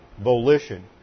volition